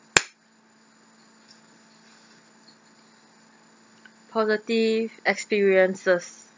positive experiences